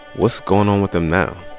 what's going on with them now?